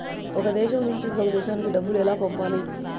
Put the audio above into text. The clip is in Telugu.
ఒక దేశం నుంచి ఇంకొక దేశానికి డబ్బులు ఎలా పంపాలి?